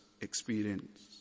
experience